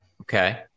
Okay